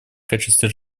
качестве